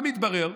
מה מתברר?